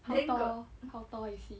how tall how tall is he